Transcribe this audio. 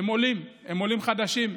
עולים חדשים.